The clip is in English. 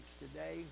today